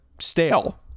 stale